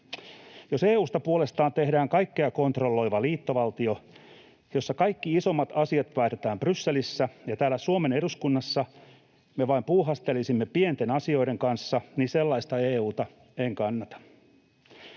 Jos EU:sta puolestaan tehdään kaikkea kontrolloiva liittovaltio, jossa kaikki isommat asiat päätetään Brysselissä, ja täällä Suomen eduskunnassa me vain puuhastelisimme pienten asioiden kanssa, niin sellaista EU:ta en kannata.